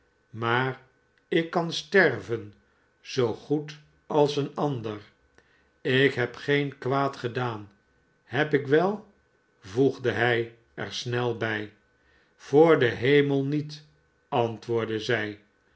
maar ik kan sterven zoo goed alseenander ik heb geen kwaad gedaan heb ik wel voegde hij er snelbij i voor den hemel niet antwoordde zij